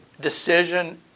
decision